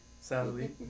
sadly